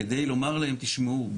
כדי לומר להם תשמעו,